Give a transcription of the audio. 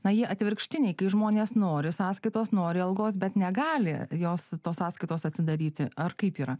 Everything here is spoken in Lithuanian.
na jie atvirkštiniai kai žmonės nori sąskaitos nori algos bet negali jos tos sąskaitos atsidaryti ar kaip yra